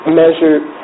measured